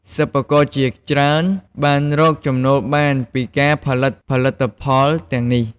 សិប្បករជាច្រើនបានរកចំណូលបានពីការផលិតផលិតផលទាំងនេះ។